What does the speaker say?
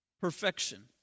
perfection